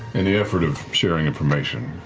in the effort of sharing information,